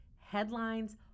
headlines